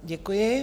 Děkuji.